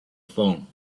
phone